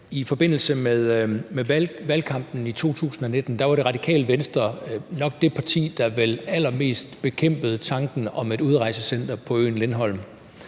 I forbindelse med valgkampen i 2019 var Det Radikale Venstre nok det parti, der vel allermest bekæmpede tanken om et udrejsecenter på øen Lindholm.